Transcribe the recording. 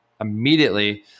immediately